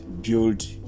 build